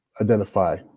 identify